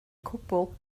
cwbl